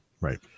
right